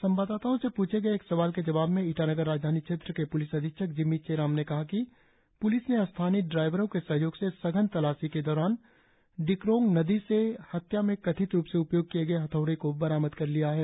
संवाददाताओं से प्रछे गए एक सवाल के जवाब में ईटानगर राजधानी क्षेत्र के प्लिस अधीक्षक जिम्मी चिराम ने कहा कि प्लिस ने स्थानीय ड्राइवरों के सहयोग से सघन तलाशी के दौरान डिक्रोंग नदी से हत्या में कथित रुप से उपयोग किए गए हथौड़े को बरामद कर लिया है